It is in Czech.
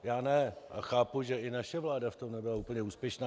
Já ne a chápu, že i naše vláda v tom nebyla úplně úspěšná.